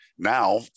Now